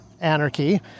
anarchy